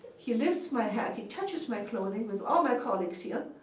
he lifts my hat, he touches my clothing with all my colleagues here,